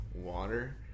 water